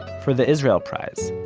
for the israel prize.